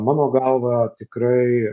mano galva tikrai